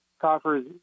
coffers